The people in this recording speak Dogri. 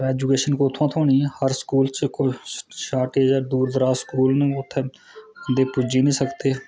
ऐजुकेशन कुत्थां दा थ्होनी स्टाफ दी शार्टेज ऐ दूर दराज स्कूल न उत्थैं पुज्जी नीं सकदे